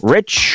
Rich